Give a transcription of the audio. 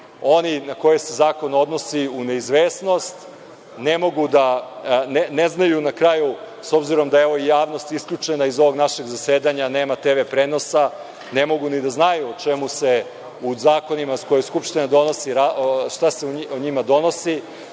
oni na koje se zakon odnosi u neizvesnost. Ne znaju na kraju, s obzirom da evo javnost isključena iz ovog našeg zasedanja, nema tv prenosa, ne mogu ni da znaju o čemu se u zakonima koje Skupština donosi, šta se u njima donosi,